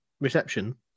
reception